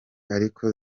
ariko